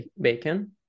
bacon